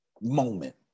moment